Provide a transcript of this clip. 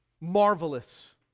marvelous